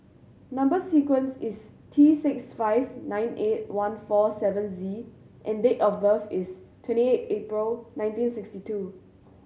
number sequence is T six five nine eight one four seven Z and date of birth is twenty eight April nineteen sixty two